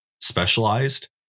specialized